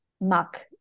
muck